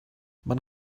man